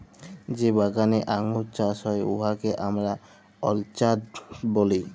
যে বাগালে আঙ্গুর চাষ হ্যয় উয়াকে আমরা অরচার্ড ব্যলি